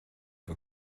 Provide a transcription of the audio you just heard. for